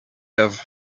caves